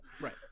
right